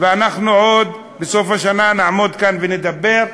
אנחנו בסוף השנה עוד נעמוד כאן ונדבר.